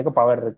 power